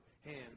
hands